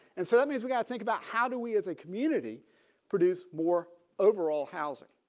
and so that means we got to think about how do we as a community produce more overall housing.